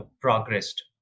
progressed